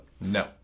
no